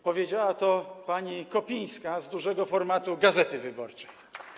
Powiedziała to pani Kopińska z „Dużego Formatu˝ „Gazety Wyborczej”